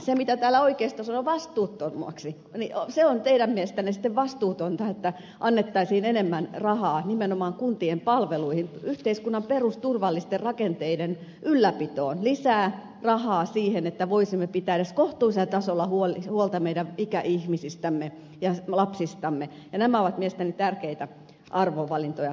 se mitä oikeistossa on sanottu vastuuttomaksi on sitä on teidän mielestänne on vastuutonta että annettaisiin enemmän rahaa nimenomaan kuntien palveluihin yhteiskunnan perusturvallisten rakenteiden ylläpitoon lisää rahaa siihen että voisimme pitää edes kohtuullisella tasolla huolta meidän ikäihmisistämme ja lapsistamme ja nämä ovat mielestäni tärkeitä arvovalintoja kaiken kaikkiaan